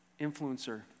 influencer